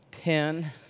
ten